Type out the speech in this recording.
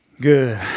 Good